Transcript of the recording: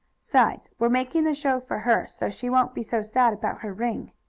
sides, we're making the show for her, so she won't be so sad about her ring.